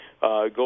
go